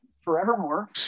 forevermore